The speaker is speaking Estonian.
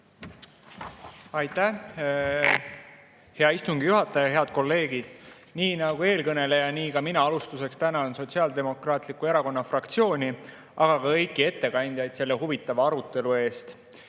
Aitäh, hea istungi juhataja! Head kolleegid! Nii nagu eelkõneleja, nii ka mina alustuseks tänan Sotsiaaldemokraatliku Erakonna fraktsiooni, aga ka kõiki ettekandjaid selle huvitava arutelu eest. Nii